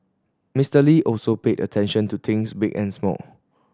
Mister Lee also paid attention to things big and small